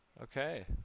okay